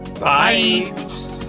Bye